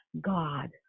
God